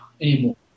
anymore